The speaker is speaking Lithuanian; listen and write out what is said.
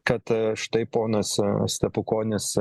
kad štai ponas stepukonis